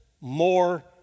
more